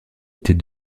était